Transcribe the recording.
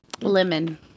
lemon